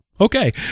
okay